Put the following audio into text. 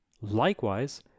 Likewise